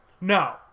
No